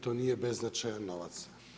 To nije beznačajan novac.